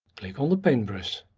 click on the paintbrush.